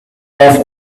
her